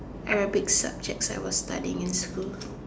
Arabic subjects I was studying in school